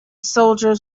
soldiers